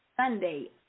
Sunday